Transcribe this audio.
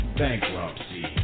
bankruptcy